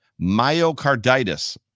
Myocarditis